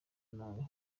nabi